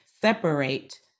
separate